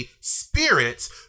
spirits